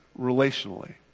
relationally